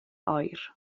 oer